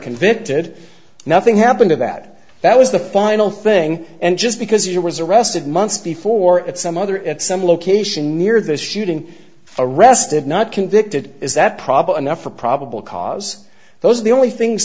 convicted nothing happened to that that was the final thing and just because it was arrested months before at some other at some location near this shooting arrested not convicted is that problem now for probable cause those are the only things